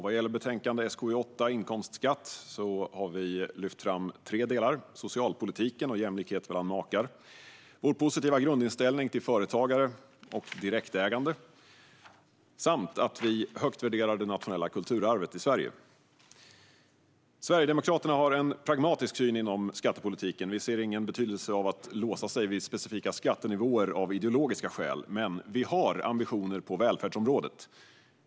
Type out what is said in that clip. Vad gäller betänkande SkU8 Inkomstskatt lyfter vi fram tre delar: socialpolitiken och jämlikhet mellan makar, vår positiva grundinställning till företagare och direktägande samt att vi högt värderar det nationella kulturarvet i Sverige. Sverigedemokraterna har en pragmatisk syn inom skattepolitiken och ser ingen betydelse av att låsa sig vid specifika skattenivåer av ideologiska skäl. Men vi har ambitioner på välfärdsområdet.